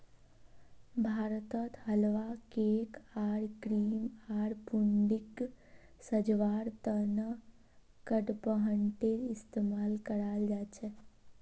भारतत हलवा, केक आर क्रीम आर पुडिंगक सजव्वार त न कडपहनटेर इस्तमाल कराल जा छेक